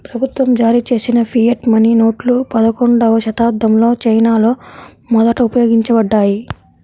ప్రభుత్వం జారీచేసిన fiat money నోట్లు పదకొండవ శతాబ్దంలో చైనాలో మొదట ఉపయోగించబడ్డాయి